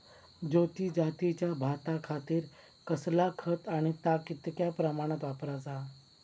ज्योती जातीच्या भाताखातीर कसला खत आणि ता कितक्या प्रमाणात वापराचा?